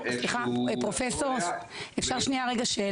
אני חושב שפה צריכה להיות איזושהי החלטה